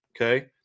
Okay